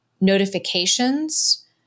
notifications